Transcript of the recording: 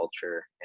culture